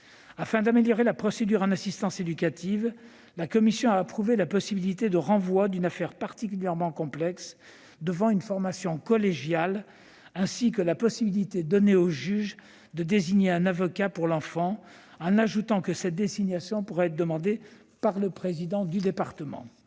Afin d'améliorer la procédure d'assistance éducative, la commission a approuvé la possibilité de renvoyer une affaire particulièrement complexe devant une formation collégiale, ainsi que celle donnée au juge de désigner un avocat pour l'enfant, en ajoutant que cette désignation pourra être demandée par le président du département.